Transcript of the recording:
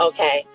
Okay